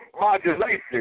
modulation